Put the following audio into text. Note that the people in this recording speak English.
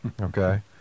okay